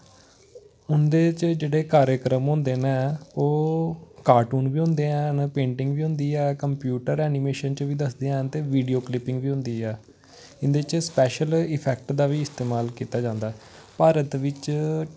उंदे च जेह्ड़े कार्यक्रम होंदे न ओह् कार्टून बी होंदे हैन पेंटिंग बी होंदी ऐ कंप्यूटर एनीमेशन च बी दसदे हैन ते वीडियो क्लिपिंग बी होंदी ऐ इंदे च स्पेशल इफेक्ट दा बी इस्तेमाल कीता जंदा ऐ भारत दे बिच